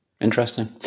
Interesting